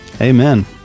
Amen